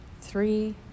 three